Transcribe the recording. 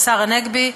השר הנגבי,